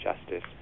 justice